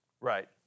right